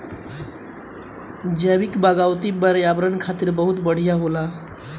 जैविक बागवानी पर्यावरण खातिर बहुत बढ़िया होला